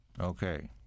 Okay